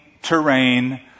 Terrain